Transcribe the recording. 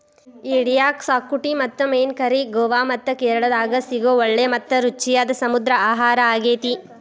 ಏಡಿಯ ಕ್ಸಾಕುಟಿ ಮತ್ತು ಮೇನ್ ಕರಿ ಗೋವಾ ಮತ್ತ ಕೇರಳಾದಾಗ ಸಿಗೋ ಒಳ್ಳೆ ಮತ್ತ ರುಚಿಯಾದ ಸಮುದ್ರ ಆಹಾರಾಗೇತಿ